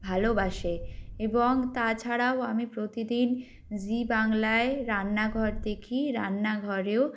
ভালোবাসে এবং তাছাড়াও আমি প্রতিদিন জি বাংলায় রান্নাঘর দেখি রান্নাঘরেও